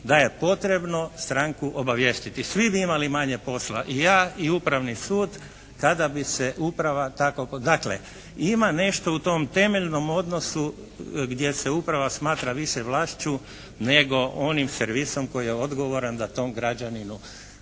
da je potrebno stranku obavijestiti. Svi bi imali manje posla. I ja i Upravni sud kada bi se uprava tako. Dakle, ima nešto u tom temeljnom odnosu gdje se uprava smatra više vlašću nego onim servisom koji je odgovoran da tom građaninu.